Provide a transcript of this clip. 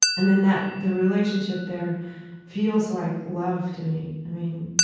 and then that the relationship there feels like love to me. i mean,